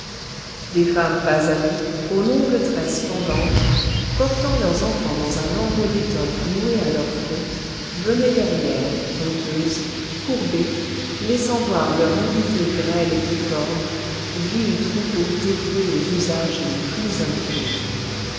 des femmes basanées aux longues tresses pendantes portant leurs enfants dans un lambeau d'étoffe noué à leur front venaient derrière honteuses courbées laissant voir leur nudité grêle et difforme vil troupeau dévoué aux usages les plus infimes